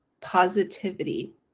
positivity